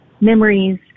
memories